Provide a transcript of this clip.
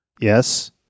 Yes